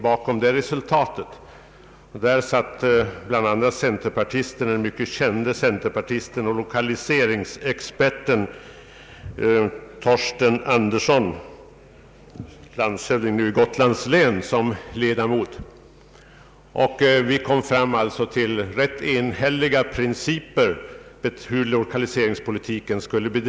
Som ledamot i denna utredning satt bl.a. den kände centerpartisten och lokaliseringsexperten Torsten Andersson, numera landshövding i Gotlands län.